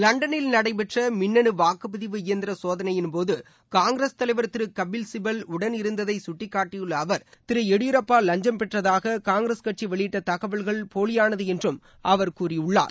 லண்டனில் நடைபெற்ற மின்னனு வாக்குப்பதிவு இயந்திர சோதனையின் போது காங்கிரஸ் தலைவர் திரு கபில் சிபல் உடன் இருந்ததை சுட்டிக்காட்டியுள்ள அவர் திரு எடியூரப்பா லஞ்சம் பெற்றதாக காங்கிரஸ் கட்சி வெளியிட்ட தகவல்கள் போலியானது என்றும் அவர் கூறியுள்ளார்